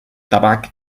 tabac